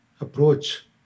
approach